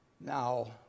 now